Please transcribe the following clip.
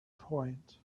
point